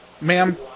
Ma'am